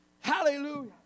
Hallelujah